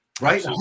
right